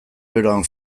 beroan